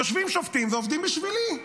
יושבים שופטים ועובדים בשבילי,